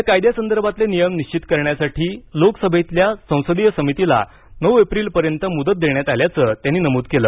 या कायद्यासंदर्भातले नियम निश्चित करण्यासाठी लोकसभेतल्या संसदीय समितीला नऊ एप्रिलपर्यंत मुदत देण्यात आल्याचं त्यांनी नमूद केलं